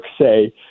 say